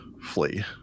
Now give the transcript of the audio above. flee